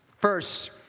First